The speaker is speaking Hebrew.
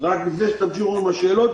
לפני שתמשיכו עם השאלות,